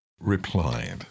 replied